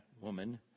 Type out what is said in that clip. woman